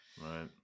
right